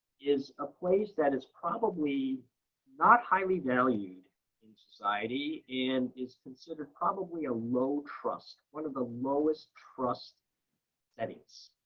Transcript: is a place that is probably not highly valued in society and is considered probably a low-trust one of the lowest trust settings.